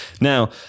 Now